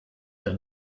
der